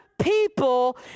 people